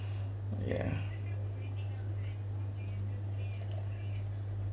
!aiya!